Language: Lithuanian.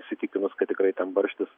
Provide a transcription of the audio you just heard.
įsitikinus kad tikrai ten barštis